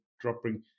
dropping